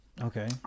Okay